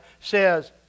says